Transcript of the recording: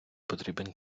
потрібен